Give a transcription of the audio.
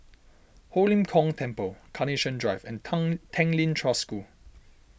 Ho Lim Kong Temple Carnation Drive and Kang Tanglin Trust School